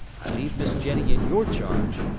i leave miss jenny in your charge,